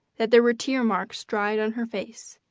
that there were tear marks dried on her face.